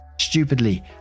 Stupidly